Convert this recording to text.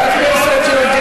הוא נורה במותן